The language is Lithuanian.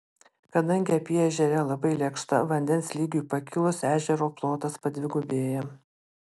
kadangi apyežerė labai lėkšta vandens lygiui pakilus ežero plotas padvigubėja